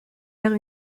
vers